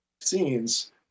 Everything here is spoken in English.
vaccines